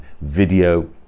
video